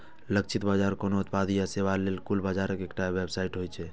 लक्षित बाजार कोनो उत्पाद या सेवा लेल कुल बाजारक एकटा सबसेट होइ छै